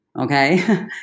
Okay